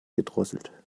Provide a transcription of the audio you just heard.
gedrosselt